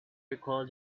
recalled